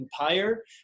Empire